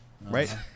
Right